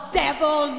devil